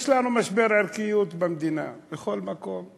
יש לנו משבר ערכיות במדינה בכל מקום,